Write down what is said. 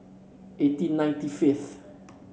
eighteen ninety fifth